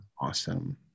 Awesome